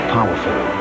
Powerful